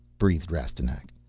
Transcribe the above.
breathed rastignac.